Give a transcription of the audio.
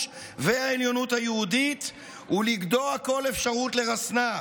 והעליונות היהודית ולגדוע כל אפשרות לרסנה.